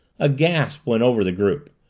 a gasp went over the group.